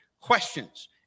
questions